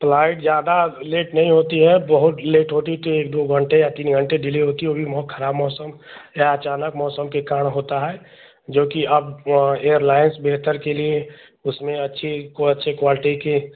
flight ज्यादा late नहीं होती है और बहुत लेट होती तो एक दो घंटे या तीन घंटे डिले होती होगी मो खराब मौसम या अचानक मौसम के कारण होता है जो कि अब एयरलायन्स बेहतर के लिये उसमें अच्छी क अच्छी क्वालिटी की